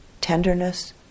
tenderness